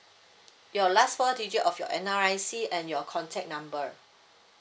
your last four digit of your N_R_I_C and your contact number